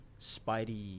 Spidey